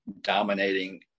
dominating